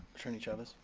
attorney chavez?